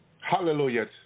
Hallelujah